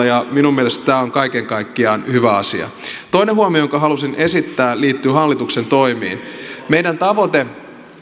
ja minun mielestäni tämä on kaiken kaikkiaan hyvä asia toinen huomio jonka halusin esittää liittyy hallituksen toimiin meidän tavoitteemme